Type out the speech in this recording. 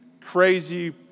crazy